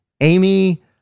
Amy